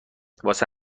واسه